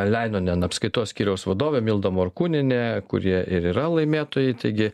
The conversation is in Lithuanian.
leinonen apskaitos skyriaus vadovė milda morkūnienė kurie ir yra laimėtojai taigi